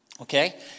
okay